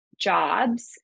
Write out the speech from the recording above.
jobs